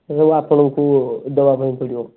ତେଣୁ ଆପଣଙ୍କୁ ଦେବା ପାଇଁ ପଡ଼ିବ